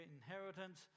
inheritance